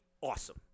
Awesome